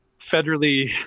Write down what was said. federally